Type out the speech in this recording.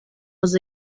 was